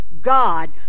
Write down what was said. God